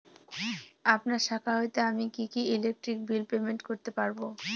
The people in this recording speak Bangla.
আপনার শাখা হইতে আমি কি ইলেকট্রিক বিল পেমেন্ট করতে পারব?